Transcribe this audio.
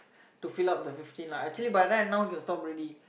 to fill up the fifteen lah actually by the time now can stop already